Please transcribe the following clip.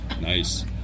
Nice